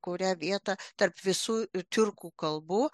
kurią vietą tarp visų tiurkų kalbų